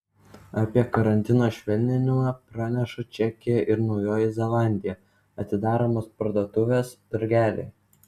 apie karantino švelninimą praneša čekija ir naujoji zelandija atidaromos parduotuvės turgeliai